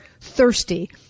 thirsty